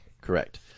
Correct